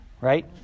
Right